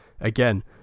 again